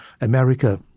America